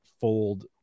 fold